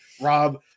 Rob